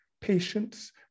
patience